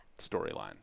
storyline